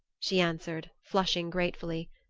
she answered, flushing gratefully.